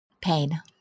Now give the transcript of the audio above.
Pain